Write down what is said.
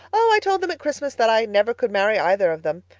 oh, i told them at christmas that i never could marry either of them.